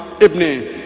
Ibn